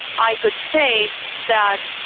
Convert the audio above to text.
i could say that,